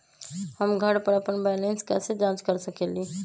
हम घर पर अपन बैलेंस कैसे जाँच कर सकेली?